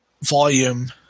volume